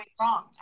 wrong